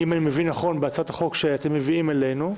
אם אני מבין נכון מהצעת החוק שאתם מביאים אלינו,